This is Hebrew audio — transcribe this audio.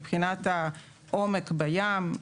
מבחינת העומק בים,